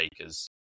acres